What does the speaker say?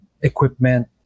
Equipment